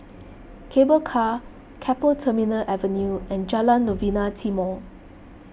Cable Car Keppel Terminal Avenue and Jalan Novena Timor